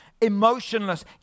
emotionless